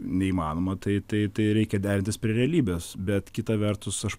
neįmanoma tai tai tai reikia derintis prie realybės bet kita vertus aš